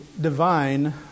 divine